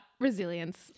resilience